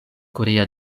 korea